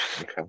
Okay